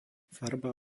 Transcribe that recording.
farba